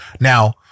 Now